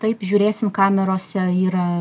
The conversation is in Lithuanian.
taip žiūrėsim kamerose yra